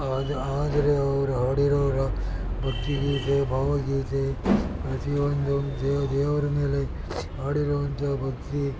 ಆದ್ರೆ ಆದರೆ ಅವರು ಹಾಡಿರೋವ್ರ ಭಕ್ತಿಗೀತೆ ಭಾವಗೀತೆ ಪ್ರತಿಯೊಂದು ದೇವರ ಮೇಲೆ ಹಾಡಿರುವಂಥ ಭಕ್ತಿ